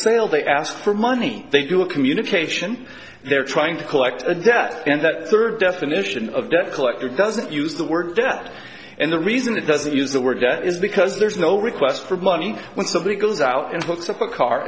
sale they ask for money they do a communication they're trying to collect a debt and that third definition of debt collector doesn't use the word debt and the reason it doesn't use the word that is because there's no request for money when somebody goes out and hooks up a car